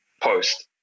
post